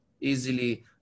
easily